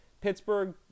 Pittsburgh